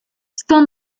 son